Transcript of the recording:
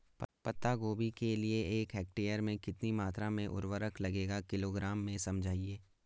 पत्ता गोभी के लिए एक हेक्टेयर में कितनी मात्रा में उर्वरक लगेगा किलोग्राम में समझाइए?